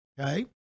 okay